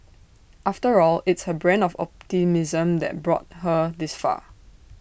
after all it's her brand of optimism that brought her this far